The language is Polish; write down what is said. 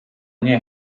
nie